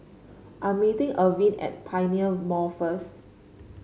I'm meeting Arvin at Pioneer Mall first